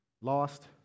Lost